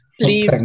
please